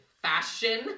Fashion